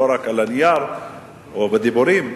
ולא רק על הנייר או בדיבורים,